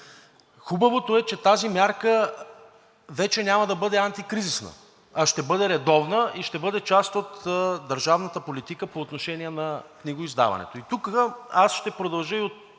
Хубавото е, че тази мярка вече няма да бъде антикризисна, а ще бъде редовна и ще бъде част от държавната политика по отношение на книгоиздаването. И тук аз ще продължа и от